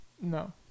No